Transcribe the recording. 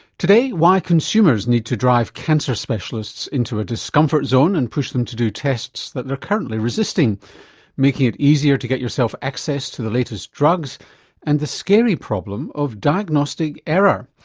why consumers need to drive cancer specialists into a discomfort zone and push them to do tests that they're currently resisting making it easier to get yourself access to the latest drugs and the scary problem of diagnostic error.